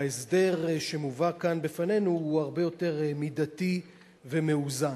וההסדר שמובא כאן בפנינו הוא הרבה יותר מידתי ומאוזן,